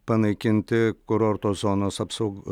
panaikinti kurorto zonos apsaug